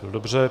Dobře.